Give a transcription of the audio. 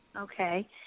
Okay